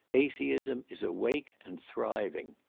atheism is awake and thriving.